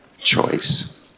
choice